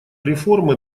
реформы